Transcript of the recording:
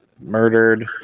murdered